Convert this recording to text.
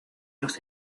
los